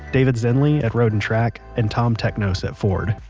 david zenlea at road and track and tom teknos at ford.